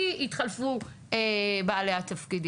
כי יתחלפו בעלי התפקידים.